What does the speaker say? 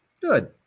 Good